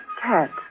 cat